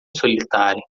solitária